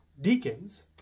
Deacons